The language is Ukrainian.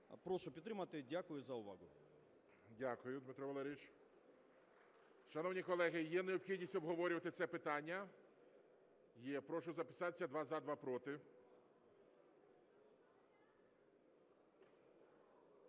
Прошу підтримати. Дякую за увагу. ГОЛОВУЮЧИЙ. Дякую, Дмитро Валерійович. Шановні колеги, є необхідність обговорювати це питання? Є. Прошу записатися: два – за, два – проти.